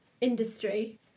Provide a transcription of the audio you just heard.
industry